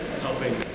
helping